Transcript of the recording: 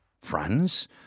France